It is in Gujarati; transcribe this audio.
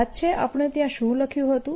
યાદ છે આપણે ત્યાં શું લખ્યું હતું